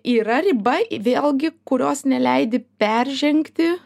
yra riba vėlgi kurios neleidi peržengti